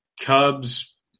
Cubs